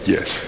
Yes